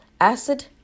Acid